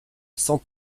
sans